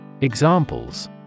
Examples